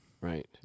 Right